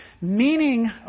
meaning